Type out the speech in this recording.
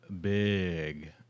big